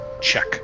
Check